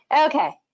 Okay